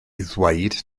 ddweud